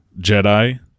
Jedi